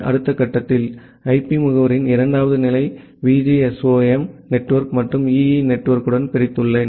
அடுத்த கட்டத்தில் ஐபி முகவரியின் இரண்டாவது நிலை விஜிஎஸ்ஓஎம் நெட்வொர்க் மற்றும் ஈஇ நெட்வொர்க்குடன் பிரித்துள்ளேன்